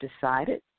decided